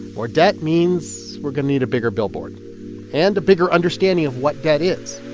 more debt means we're gonna need a bigger billboard and a bigger understanding of what debt is